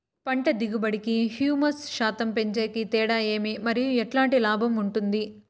పంట దిగుబడి కి, హ్యూమస్ శాతం పెంచేకి తేడా ఏమి? మరియు ఎట్లాంటి లాభం ఉంటుంది?